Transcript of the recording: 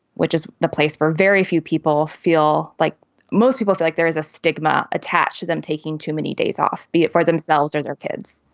which is the place for very few people feel like most people think like there is a stigma attached to them taking too many days off. be it for themselves or their kids